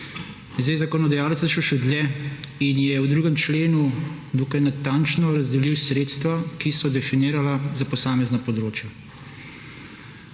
Zdaj, zakonodajalec je šel še dlje in je v drugem členu dokaj natančno razdelil sredstva, ki so definirana za posamezna področja.